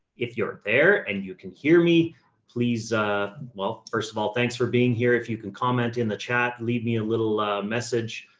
if you're there and you can hear me please first of all, thanks for being here. if you can comment in the chat, leave me a little a message.